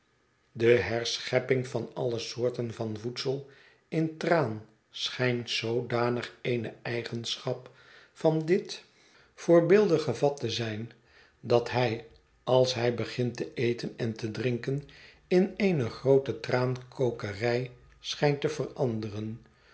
de herschepping van alle soorten van voedsel in traan schijnt zoodanig eene eigenschap van dit voorbeeldige vat te zijn dat hij als hij begint te eten en te drinken in eene groote traankokerij schijnt te veranderen